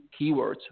keywords